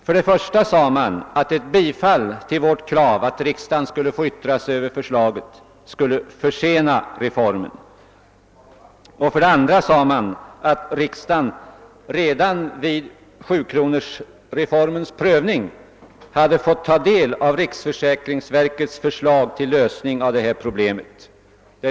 För det första sade man att ett bifall till vårt krav, att riksdagen skulle få yttra sig över förslaget, skulle försena reformen. För det andra sade man att riksdagen redan vid sjukronorsreformens prövning hade fått ta del av riksförsäkringsverkets förslag till lösning av detta problem.